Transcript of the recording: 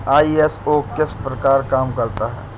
ISO किस प्रकार काम करता है